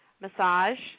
massage